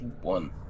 One